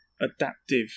adaptive